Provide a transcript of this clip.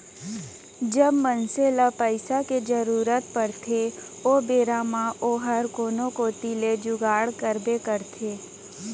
जब मनसे ल पइसा के जरूरत परथे ओ बेरा म ओहर कोनो कोती ले जुगाड़ करबे करथे